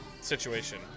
situation